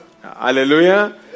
Hallelujah